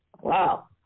Wow